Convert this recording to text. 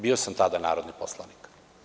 Bio sam tada narodni poslanik.